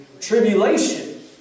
tribulation